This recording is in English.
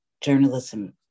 journalism